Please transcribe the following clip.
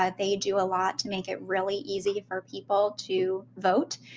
ah they do a lot to make it really easy for people to vote.